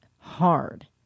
hard